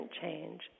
change